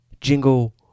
jingle